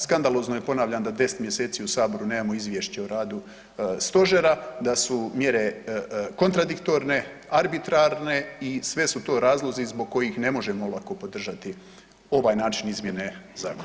Skandalozno je ponavljam da 10 mjeseci u Saboru nemamo izvješće o radu stožer, da su mjere kontradiktorne, arbitrarne i sve su to razlozi zbog kojih ne možemo olako podržati ovaj način izmjene zakona.